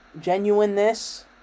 genuineness